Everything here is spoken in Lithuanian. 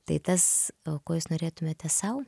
tai tas ko jūs norėtumėte sau